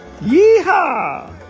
Yeehaw